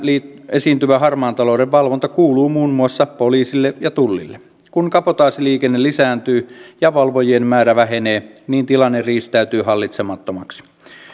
esiintyvän harmaan talouden valvonta kuuluu muun muassa poliisille ja tullille kun kabotaasiliikenne lisääntyy ja valvojien määrä vähenee niin tilanne riistäytyy hallitsemattomaksi